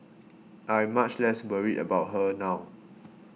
I'm much less worried about her now